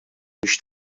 biex